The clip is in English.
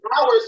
Hours